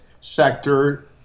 sector